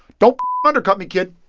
don't undercut me, kid.